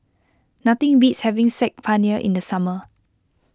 nothing beats having Saag Paneer in the summer